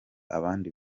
abandi